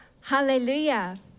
Hallelujah